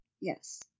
Yes